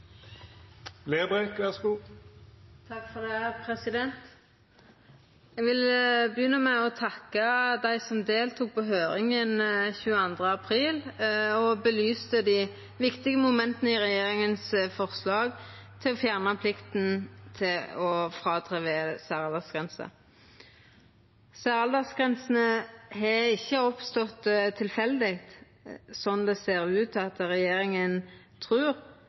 Eg vil begynna med å takka dei som deltok på høyringa den 22. april og belyste dei viktige momenta i regjeringa sitt forslag om å fjerna plikta til å fråtre ved særaldersgrense. Særaldersgrensene har ikkje oppstått tilfeldig, slik det ser ut til at regjeringa trur.